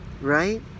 right